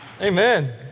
Amen